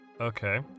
Okay